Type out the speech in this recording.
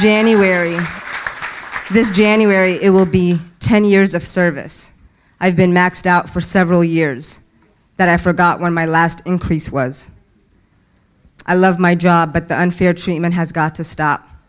thank this january it will be ten years of service i've been maxed out for several years that i forgot where my last increase was i love my job but the unfair treatment has got to stop